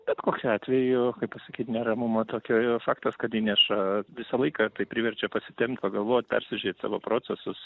bet kokiu atveju kaip pasakyt neramumo tokio faktas kad įneša visą laiką tai priverčia pasitempt pagalvot persižiūrėt savo procesus